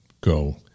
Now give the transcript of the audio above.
Go